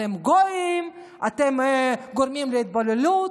אתם גויים, אתם גורמים להתבוללות.